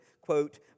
quote